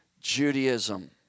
Judaism